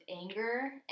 anger